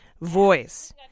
voice